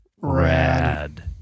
Rad